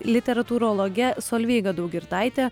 literatūrologe solveiga daugirdaite